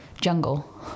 jungle